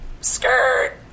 Skirt